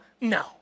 No